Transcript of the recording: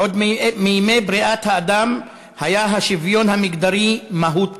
עוד מימי בריאת האדם היה השוויון המגדרי מהות בסיסית: